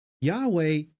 Yahweh